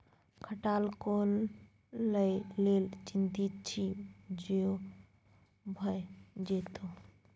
खटाल खोलय लेल चितिंत छी जो भए जेतौ